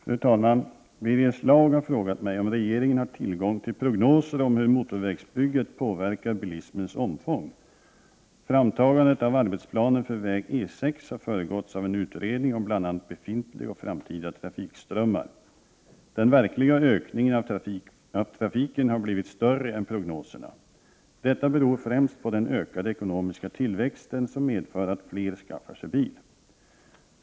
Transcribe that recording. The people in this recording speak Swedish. Fru talman! Birger Schlaug har frågat mig om regeringen har tillgång till prognoser om hur motorvägsbygget påverkar bilismens omfång. Framtagandet av arbetsplanen för väg E 6 har föregåtts av en utredning om bl.a. befintliga och framtida trafikströmmar. Den verkliga ökningen av trafiken har blivit större än vad prognoserna förutspått. Detta beror främst på den ökade ekonomiska tillväxten som medfört att flera skaffar sig bil.